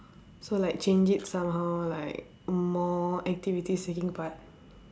so like change it somehow like more activity seeking part